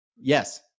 Yes